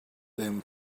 them